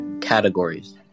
Categories